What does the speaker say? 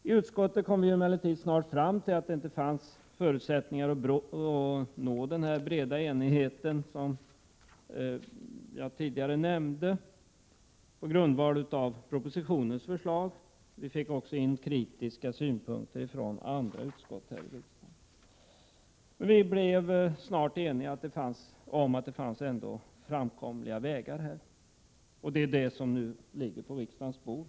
I utskottet kom vi emellertid snart fram till att det inte fanns förutsättningar att nå den breda enighet som jag tidigare nämnde på grundval av förslaget i propositionen. Vi fick också in kritiska synpunkter från andra utskott. Vi blev snart eniga om att det ändå fanns framkomliga vägar. Det är detta förslag som nu ligger på riksdagens bord.